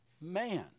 man